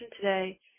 today